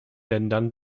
ländern